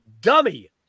dummy